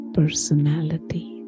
personality